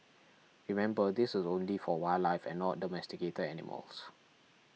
remember this is only for wildlife and not domesticated animals